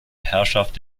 herrschaft